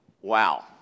Wow